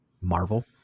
marvel